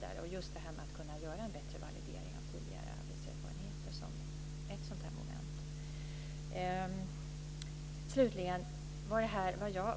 Det handlar också om att kunna göra en bättre validering av tidigare arbetserfarenheter, som ett moment.